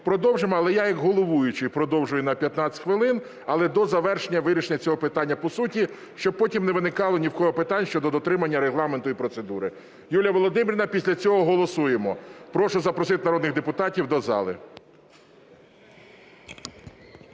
продовжимо, але я як головуючий продовжую на 15 хвилин, але до завершення вирішення цього питання по суті, щоб потім не виникало ні в кого питань, щодо дотримання Регламенту і процедури. Юлія Володимирівна. Після цього голосуємо. Прошу запросити народних депутатів до зали.